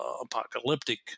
apocalyptic